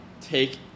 take